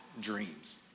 dreams